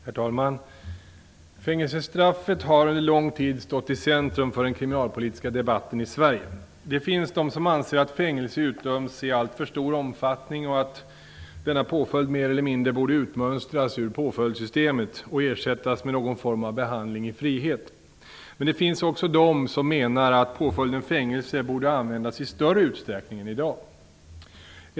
Herr talman! Fängelsestraffet har under lång tid stått i centrum för den kriminalpolitiska debatten i Sverige. Det finns de som anser att fängelse utdöms i alltför stor omfattning och att denna påföljd mer eller mindre borde utmönstras ur påföljdssystemet och ersättas med någon form av behandling i frihet. Men det finns också de som menar att påföljden fängelse borde användas i större utsträckning än som sker i dag.